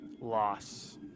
Loss